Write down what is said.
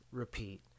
repeat